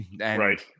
Right